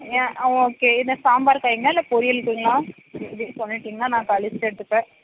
ஆ okay இது சாம்பார் காய்ங்களா இல்லை பொரியலுக்குங்களா எப்படின்னு சொல்லிவிட்டீங்கன்னா நான் லிஸ்ட் எடுத்துப்பேன்